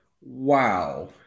Wow